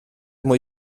mwy